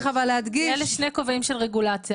אלה שני כובעים של רגולציה.